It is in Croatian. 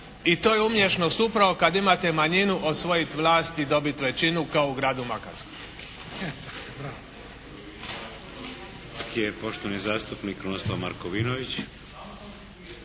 I to je umješnost upravo kad imate manjinu osvojiti vlast i dobiti većinu kao u gradu Makarskoj.